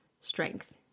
Strength